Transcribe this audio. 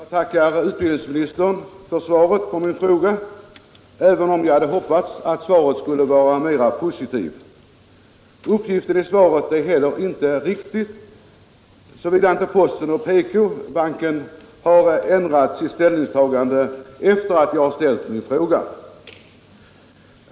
Herr talman! Jag tackar utbildningsministern för svaret på min fråga, även om jag hade hoppats att det skulle ha varit mer positivt. Uppgiften i svaret är heller inte riktig, såvida inte postanstalterna och PK-banken har ändrat sitt ställningstagande efter det att jag ställde min fråga.